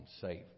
safe